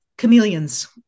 chameleons